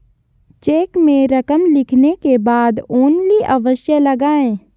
check में रकम लिखने के बाद ओन्ली अवश्य लगाएँ